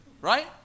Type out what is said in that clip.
Right